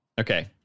Okay